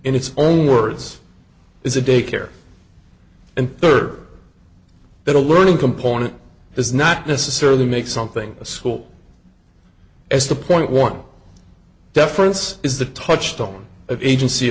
in its own words is a daycare and third that a learning component does not necessarily make something a school as the point one deference is the touchstone of agency